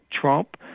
Trump